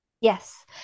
Yes